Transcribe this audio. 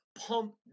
pump